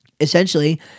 Essentially